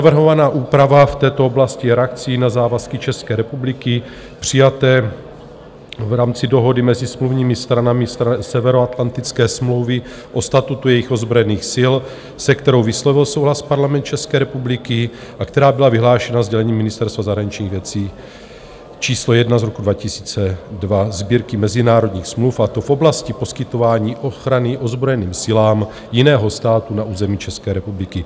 Navrhovaná úprava v této oblasti je reakcí na závazky České republiky přijaté v rámci dohody mezi smluvními stranami Severoatlantické smlouvy o statutu jejich ozbrojených sil, se kterou vyslovil souhlas Parlament České republiky a která byla vyhlášena sdělením Ministerstva zahraničních věcí č. 1/2000 Sbírky mezinárodních smluv, a to v oblasti poskytování ochrany ozbrojeným silám jiného státu na území České republiky.